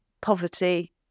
poverty